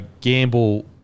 Gamble